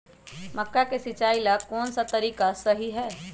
मक्का के सिचाई ला कौन सा तरीका सही है?